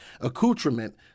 accoutrement